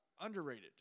underrated